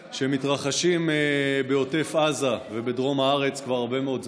שמתרחשים בעוטף עזה ובדרום הארץ כבר הרבה מאוד זמן.